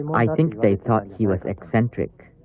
i think they thought he was eccentric.